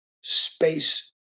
space